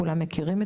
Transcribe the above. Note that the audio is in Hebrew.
ברוב המקרים,